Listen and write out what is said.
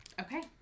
Okay